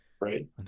Right